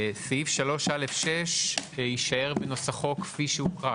סעיף 3(א)(6) יישאר בנוסחו כפי שהוקרא?